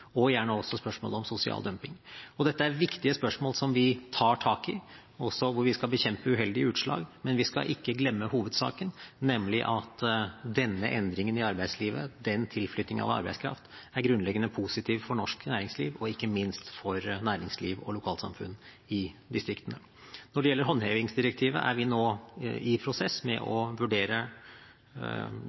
og gjerne også spørsmålet om sosial dumping. Dette er viktige spørsmål som vi tar tak i, og hvor vi også skal bekjempe uheldige utslag. Men vi skal ikke glemme hovedsaken, nemlig at denne endringen i arbeidslivet, denne tilflytting av arbeidskraft, er grunnleggende positiv for norsk næringsliv, og ikke minst for næringsliv og lokalsamfunn i distriktene. Når det gjelder håndhevingsdirektivet, er vi inne i en prosess med å